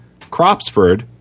Cropsford